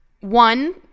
one